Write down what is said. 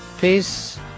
Peace